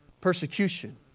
Persecution